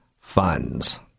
funds